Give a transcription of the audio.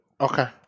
okay